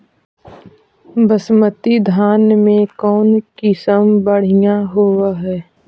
बासमती धान के कौन किसम बँढ़िया होब है?